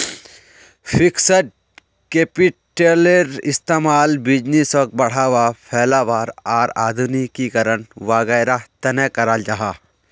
fixed कैपिटलेर इस्तेमाल बिज़नेसोक बढ़ावा, फैलावार आर आधुनिकीकरण वागैरहर तने कराल जाहा